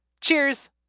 Cheers